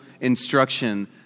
instruction